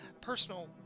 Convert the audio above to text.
Personal